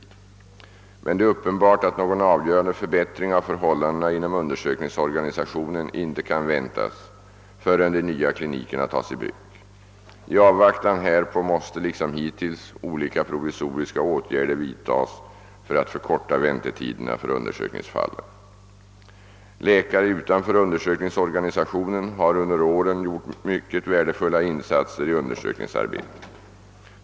Det är emellertid uppenbart att någon avgörande förbättring av förhållandena inom undersökningsorganisationen inte kan väntas förrän de nya klinikerna tas i bruk. I avvaktan härpå måste liksom hittills olika provisoriska åtgärder vidtas för att förkorta väntetiderna för undersökningsfallen. Läkare utanför undersökningsorganisationen har under åren gjort mycket värdefulla insatser i undersökningsarbetet.